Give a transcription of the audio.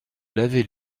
laver